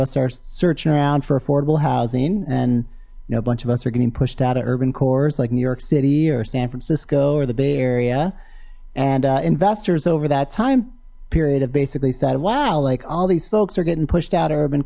us are searching around for affordable housing and no bunch of us are getting pushed out of urban cores like new york city or san francisco or the bay area and investors over that time period have basically said wow like all these folks are getting pushed out urban